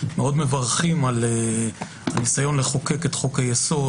מאוד מברכים על הניסיון לחוקק את חוק-היסוד